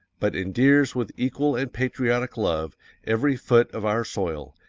but endears with equal and patriotic love every foot of our soil,